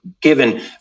given